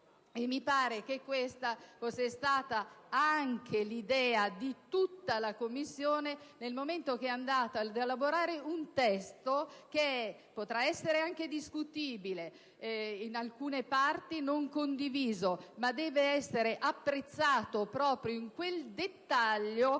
Mi pare che questa fosse stata anche l'idea di tutta la Commissione, nel momento in cui è andata ad elaborare un testo che potrà essere anche discutibile e in alcune parti non condiviso, ma che deve essere apprezzato proprio in quel dettaglio,